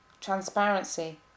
transparency